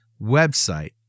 website